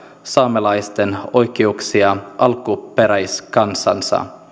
saamelaisten oikeuksia alkuperäiskansana